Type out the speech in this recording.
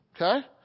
Okay